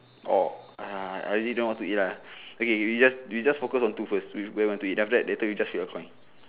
orh ah ah I legit don't know what to eat ah okay okay you just you just focus on two first we where want to eat then after that later we just flip a coin